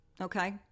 Okay